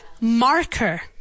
Marker